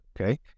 Okay